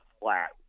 flat